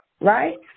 Right